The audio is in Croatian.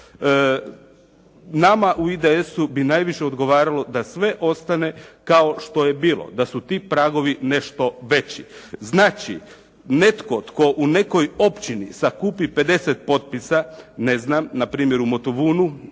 Nama u IDS-u bi najviše odgovaralo da sve ostane kao što je bilo, da su ti pragovi nešto veći. Znači, netko tko u nekoj općini sakupi 50 potpisa, ne znam, na primjer u Motovunu